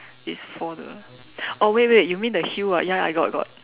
it's for the oh wait wait you mean the heel ah ya ya I got I got